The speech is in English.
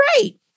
great